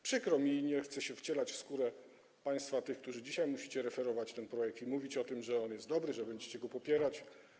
Przykro mi, nie chcę się wcielać w skórę tych państwa, którzy dzisiaj musicie referować ten projekt i mówić o tym, że on jest dobry, że będziecie go popierać.